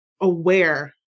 aware